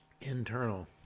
internal